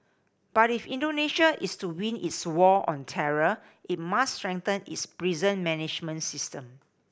but if Indonesia is to win its war on terror it must strengthen its prison management system